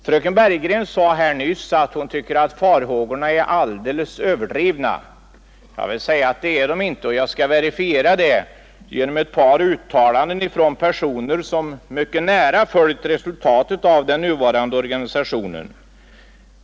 Fröken Bergegren sade nyss att farhågorna beträffande västra Värmland är alldeles överd rivna. Det är de inte, och jag skall verifiera det med ett par uttalanden från personer som mycket nära följt resultaten av den nuvarande organisationen.